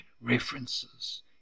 references